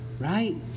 right